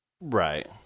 Right